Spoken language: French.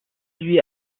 lui